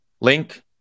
Link